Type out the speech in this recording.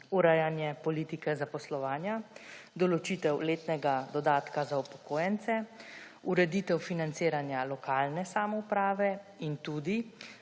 urejanje politike zaposlovanja, določitev letnega dodatka za upokojence, ureditev financiranja lokalne samouprave in